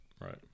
right